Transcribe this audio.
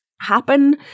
happen